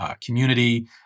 community